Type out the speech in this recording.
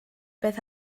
beth